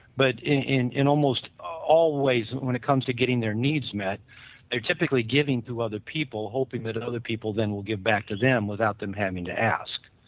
but in in almost always when it comes to getting their needs met they're typically giving to other people hoping that and other people again will get back to them without them having to ask.